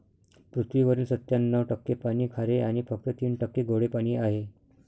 पृथ्वीवरील सत्त्याण्णव टक्के पाणी खारे आणि फक्त तीन टक्के गोडे पाणी आहे